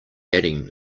adding